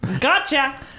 Gotcha